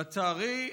לצערי,